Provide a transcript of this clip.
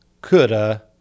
coulda